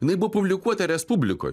jinai buvo publikuota respublikoj